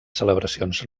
celebracions